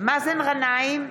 מאזן גנאים,